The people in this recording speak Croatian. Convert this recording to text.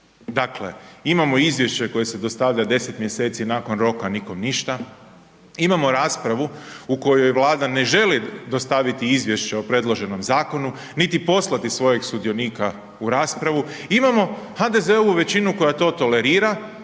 Dakle, imamo izvješće koje se dostavlja 10 mj. nakon roka, nikom ništa, imamo raspravu u kojoj Vlada ne želi dostaviti izvješće o predloženom zakonu niti poslati svojeg sudionika u raspravu, imamo HDZ-ovu većinu koja to tolerira